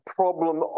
problem